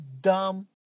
dumb